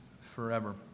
forever